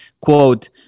quote